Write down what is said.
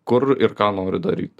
kur ir ką noriu daryt